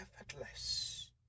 effortless